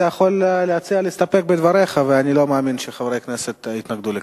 אתה יכול להציע להסתפק בדבריך ואני לא מאמין שחברי כנסת יתנגדו לכך.